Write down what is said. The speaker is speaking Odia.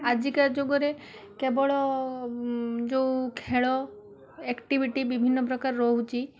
ଆଜିକା ଯୁଗରେ କେବଳ ଯୋଉ ଖେଳ ଏକ୍ଟିଭିଟି ବିଭିନ୍ନ ପ୍ରକାର ରହୁଛି